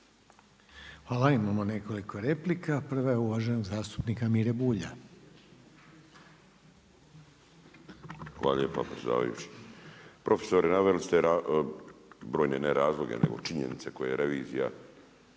Hvala. Imamo nekoliko replika, prva je uvaženog zastupnika Mire Bulja. **Bulj, Miro (MOST)** Hvala lijepa predsjedavajući. Profesore, naveli ste brojne ne razloge, nego činjenice koje je revizija